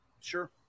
Sure